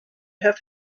have